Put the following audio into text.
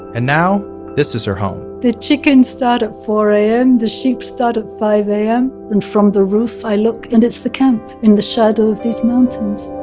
and now this is her home the chickens start at four am, the sheep start at five am. and from the roof i look and it's the camp in the shadow of these mountains